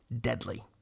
deadly